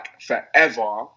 forever